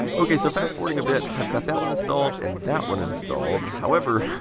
ok, so fast forwarding a bit, i've got that one installed, and that one installed, however,